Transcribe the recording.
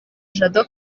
jado